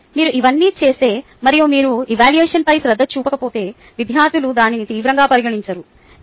మీరు ఇవన్నీ చేస్తే మరియు మీరు ఎవాల్యువషన్పై శ్రద్ధ చూపకపోతే విద్యార్థులు దానిని తీవ్రంగా పరిగణించరు